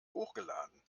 hochgeladen